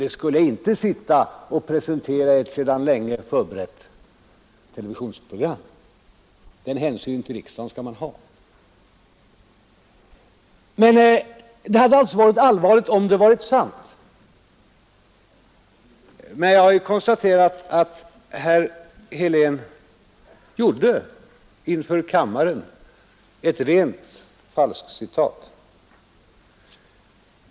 Jag skulle inte sitta och presentera dem i ett sedan länge förberett televisionsprogram. Den hänsynen till riksdagen skall man ta, Detta angrepp hade varit allvarligt — om det hade varit sant. Men jag konstaterar att herr Helén inför kammaren gjorde ett rent falskcitat.